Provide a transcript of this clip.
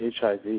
HIV